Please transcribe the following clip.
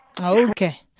Okay